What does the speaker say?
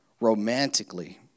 Romantically